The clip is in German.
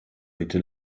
bitte